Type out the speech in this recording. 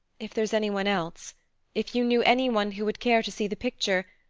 if there's any one else if you knew any one who would care to see the picture,